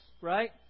right